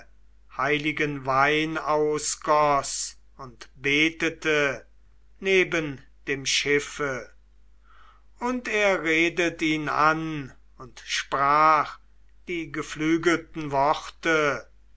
heiligen wein ausgoß und betete neben dem schiffe und er redet ihn an und sprach die geflügelten worte